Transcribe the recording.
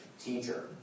Teacher